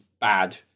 bad